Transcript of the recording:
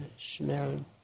smell